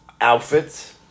outfits